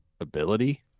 ability